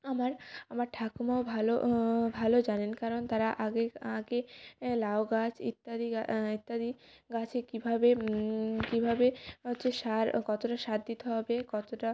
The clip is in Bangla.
আমার আমার ঠাকুমাও ভালো ভালো জানেন কারণ তারা আগে আগে লাউ গাছ ইত্যাদি ইত্যাদি গাছে কীভাবে কীভাবে হচ্ছে সার কতটা সার দিতে হবে কতটা